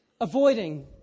avoiding